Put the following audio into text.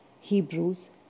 Hebrews